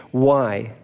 why?